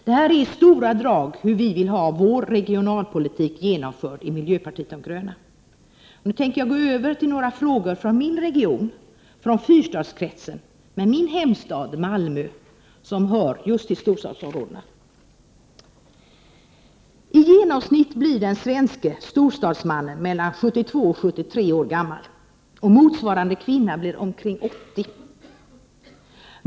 Detta är i stora drag hur vi i miljöpartiet de gröna vill ha vår regionalpolitik genomförd. Nu tänker jag gå över till några frågor från min egen region, Fyrstadskretsen med min hemstad Malmö, som hör just till storstadsområdena. 57 I genomsnitt blir den svenske storstadsmannen mellan 72 och 73 år gammal. Motsvarande kvinna blir omkring 80 år.